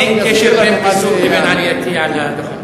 אין הקשר בין פיסוק לבין עלייתי על הדוכן.